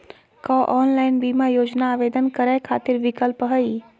का ऑनलाइन बीमा योजना आवेदन करै खातिर विक्लप हई?